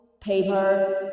paper